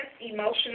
emotional